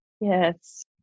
Yes